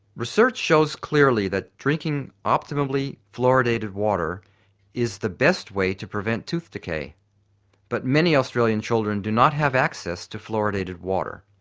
research shows clearly that drinking optimally fluoridated water is the best way to prevent tooth decay but many australian children do not have access to fluoridated water.